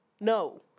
No